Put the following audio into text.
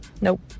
nope